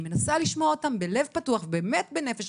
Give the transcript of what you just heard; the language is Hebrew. אני מנסה לשמוע אותם בלב פתוח ובאמת בנפש חפצה.